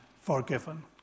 forgiven